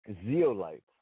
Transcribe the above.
Zeolite